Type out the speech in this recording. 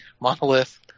Monolith